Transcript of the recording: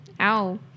Ow